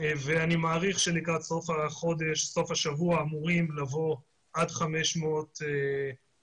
ואני מעריך שלקראת סוף השבוע אמורים לבוא עד 500 עולים.